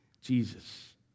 Jesus